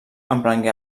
emprengué